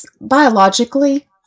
biologically